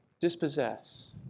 dispossess